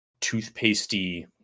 toothpastey